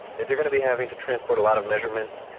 if you are going to be having to transport a lot of measurements,